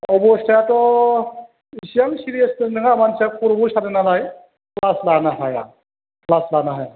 अबस्थायाथ' एसेबां सिरियासबो नङा मानसिया खर'बो सादों नालाय क्लास लानो हाया